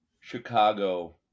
Chicago